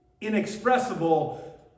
inexpressible